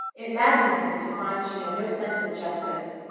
it maddened him to find she had no sense of justice.